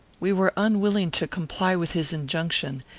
we were unwilling to comply with his injunction,